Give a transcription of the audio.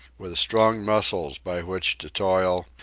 with strong muscles by which to toil,